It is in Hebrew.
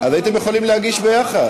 אז הייתם יכולים להגיש ביחד,